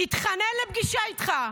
התחנן לפגישה איתך,